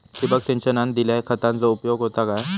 ठिबक सिंचनान दिल्या खतांचो उपयोग होता काय?